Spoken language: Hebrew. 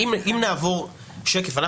נעבור שקף.